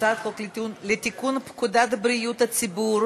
הצעת חוק לתיקון פקודת בריאות הציבור